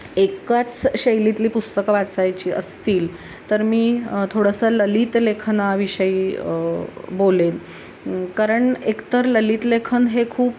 एकाच शैलीतली पुस्तकं वाचायची असतील तर मी थोडंसं ललित लेखनाविषयी बोलेन कारण एकतर ललित लेखन हे खूप